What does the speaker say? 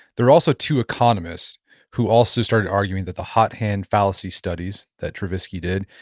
there are also two economists who also started arguing that the hot hand fallacy studies that tversky did,